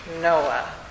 Noah